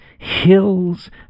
Hills